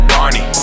Barney